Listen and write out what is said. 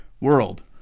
World